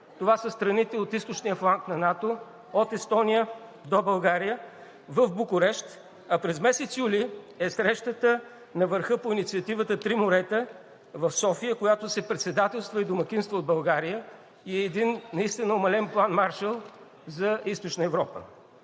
Това са страните от източния фланг на НАТО – от Естония до България, в Букурещ, а през месец юли е Срещата на върха по инициативата „Три морета“ в София, която се председателства и домакинства от България и е един наистина умален План „Маршал“ за Източна Европа.